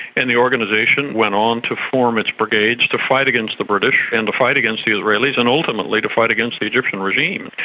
and the organisation went on to form its brigades to fight against the british and to fight against the israelis, and ultimately to fight against the egyptian regime.